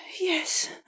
Yes